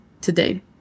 today